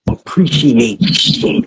Appreciate